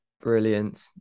Brilliant